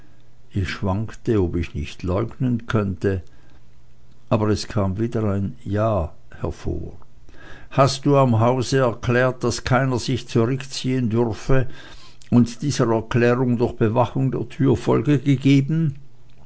ich schwankte ob ich nicht leugnen könne aber es kam wieder ein ja hervor hast du am hause erklärt daß keiner sich zurückziehen dürfe und dieser erklärung durch bewachung der tür folge gegeben